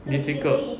difficult